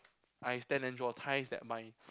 I ties that mind